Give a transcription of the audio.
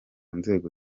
nzego